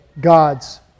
God's